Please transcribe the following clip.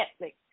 Netflix